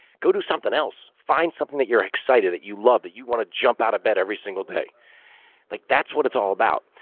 go do something else. find something that you're excited, that you love, that you want to jump out of bed every single day like that's what it's all about.